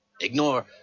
Ignore